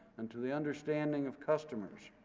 and to the understanding of customers.